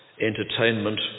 entertainment